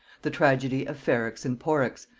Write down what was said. the tragedy of ferrex and porrex,